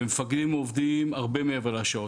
ומפקדים עובדים הרבה מעבר לשעות.